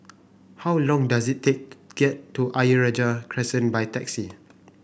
how long does it take get to Ayer Rajah Crescent by taxi